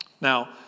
Now